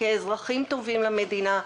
כאזרחים טובים למדינה.